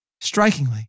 Strikingly